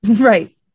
right